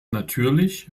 natürlich